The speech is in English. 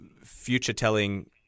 future-telling